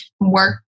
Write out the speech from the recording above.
work